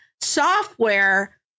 software